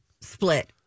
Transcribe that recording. split